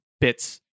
bits